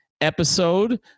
episode